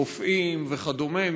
רופאים וכדומה,